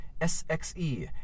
S-X-E